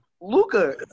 Luca